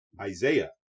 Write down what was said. Isaiah